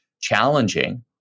challenging